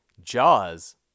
Jaws